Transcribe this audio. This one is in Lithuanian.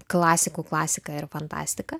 klasikų klasika ir fantastika